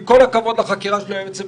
עם כל הכבוד לחקירה של היועץ המשפטי,